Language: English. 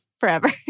forever